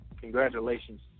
congratulations